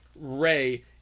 Ray